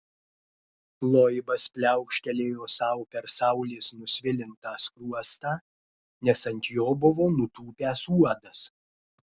loibas pliaukštelėjo sau per saulės nusvilintą skruostą nes ant jo buvo nutūpęs uodas